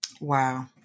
Wow